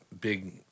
big